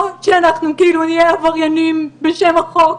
או שאנחנו כאילו נהיה עבריינים, בשם החוק.